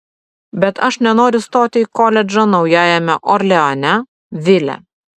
bet aš nenoriu stoti į koledžą naujajame orleane vile